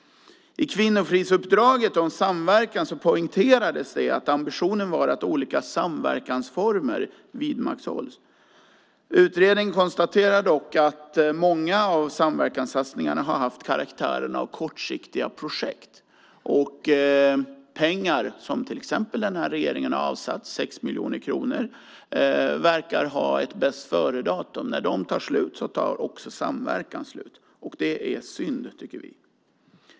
I kvinnofridsuppdraget om samverkan poängterades det att ambitionen var att olika samverkansformer vidmakthålls. Utredningen konstaterade dock att många av samverkanssatsningarna har haft karaktären av kortsiktiga projekt. Pengar som till exempel den här regeringen har avsatt, 6 miljoner kronor, verkar ha ett bästföredatum. När de tar slut tar också samverkan slut, och det är synd, tycker vi.